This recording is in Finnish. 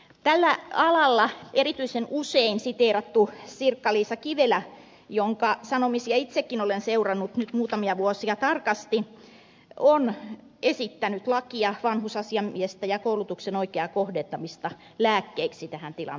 tällä alalla erityisen usein siteerattu sirkka liisa kivelä jonka sanomisia itsekin olen seurannut nyt muutamia vuosia tarkasti on esittänyt lakia vanhusasiamiestä ja koulutuksen oikeaa kohdentamista lääkkeiksi tähän tilanteeseen